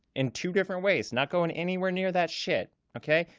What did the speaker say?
in two different ways. not going anywhere near that shit. okay?